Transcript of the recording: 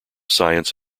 science